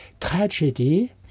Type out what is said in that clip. Tragedy